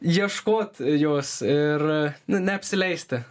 ieškot jos ir nu neapsileisti